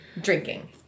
drinking